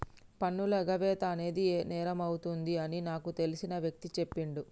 పన్నుల ఎగవేత అనేది నేరమవుతుంది అని నాకు తెలిసిన వ్యక్తి చెప్పిండు